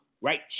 right